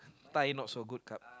Thai not so good kap